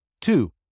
Two